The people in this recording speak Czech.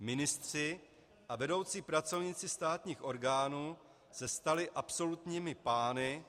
Ministři a vedoucí pracovníci státních orgánů se stali absolutními pány.